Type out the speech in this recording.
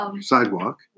sidewalk